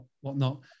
whatnot